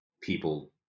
people